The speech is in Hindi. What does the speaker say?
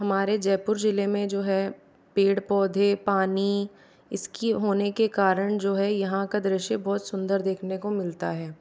हमारे जयपुर जिले में जो हैं पेड़ पौधे पानी इसकी होने के कारण जो है यहाँ का दृश्य बहुत सुंदर देखने को मिलता है